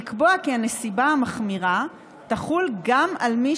לקבוע כי הנסיבה המחמירה תחול גם על מי